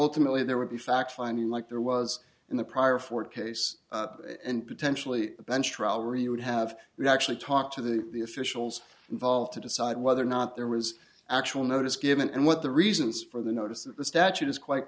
ultimately there would be fact finding like there was in the prior four case and potentially a bench trial review would have you actually talk to the officials involved to decide whether or not there was actual notice given and what the reasons for the notice of the statute is quite